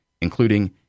including